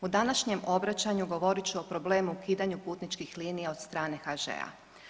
U današnjem obraćanju govorit ću o problemu ukidanja putničkih linija od strane HŽ-a.